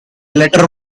letter